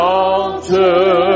altar